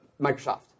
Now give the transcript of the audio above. Microsoft